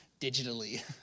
digitally